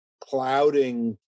clouding